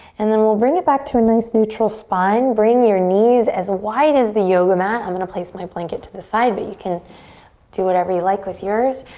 and then we'll bring it back to a nice neutral spine. bring your knees as wide as the yoga mat. i'm gonna place my blanket to the side but you can do whatever you like with yours.